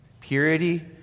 Purity